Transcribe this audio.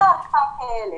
כן.